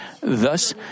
Thus